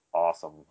Awesome